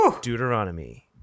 deuteronomy